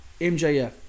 MJF